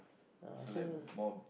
uh so